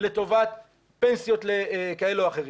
לטובת פנסיות לכאלה או אחרים.